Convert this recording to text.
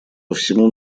всему